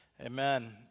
Amen